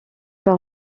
par